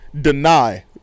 deny